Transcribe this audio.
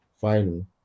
final